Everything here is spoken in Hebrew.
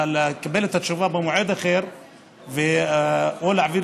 לקבל את התשובה במועד אחר או להעביר